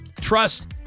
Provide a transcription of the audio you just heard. trust